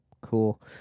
Cool